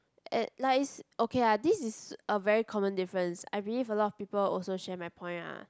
at like is okay ah this is a very common difference I believe a lot of people also share my point ah